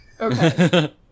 Okay